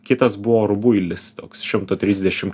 kitas buvo rubuilis toks šimto trisdešim